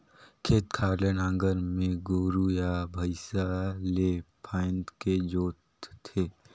खेत खार ल नांगर में गोरू या भइसा ले फांदके जोत थे